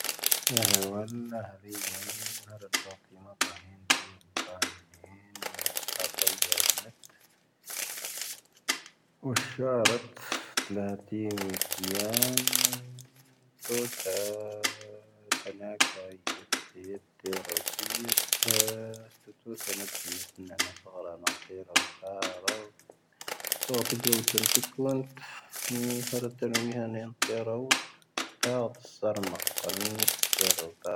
ⵏāⵀⴻⵓ ⴰⵏ ⵏāⵀⴻⵓ ⵍⵉⵢⴰⵏ ⵀⴰⵔⴰ ⵜⴰⵡⵜⵉ ⵎⴰ ⵜāⵏⴻⵉⵏ ⵜⵉⵢⴰⴱ ⵜāⵏⴻⵉⵏ. ⵎⵡⵉⵢⴰⵜⴰⴰ ⵙⴰⵢⵢⴰⴷⵏⴻⵜ. ⵓⵙⵀⴰⵔⴻⵜ ⵜⵍāⵜⵉ ⵡⵉⴷⵢāⵏ ⵜoⵙⴰ ⵜⴰⵏⴰ ⴽⴰⵢⵢⴰⵜⵉⵜⵉⵔoⵜⵉⵢⴰⵜā. ⵙⵀⵜⵓⵜoⵙⴰ ⵏⴰⵜⵓⵏⵉⵜ ⵏⴰⵏⴰ ⵙⴳⴰⵔⴰ ⵏāⵜⵉⵔoⵜāⵔā. ⵜⴰⵡⵜⵉ ⴳⵔoⵜⵉⵏ ⵜⵉⴽⵍⴰⵏⵜ ⵎⵡⵉⵢⴰⵜⴰ ⵏⵡⵉⵢⴰⵏ ⵏāⵜⵉⵔoⵜ ⵜāⵜⵉⵙⴰⵔ ⵎⴰⵇⴰⵏ ⵙⵜⵉⵔoⵜāⵔā.